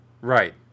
Right